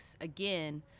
again